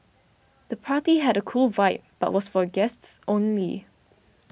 the party had a cool vibe but was for guests only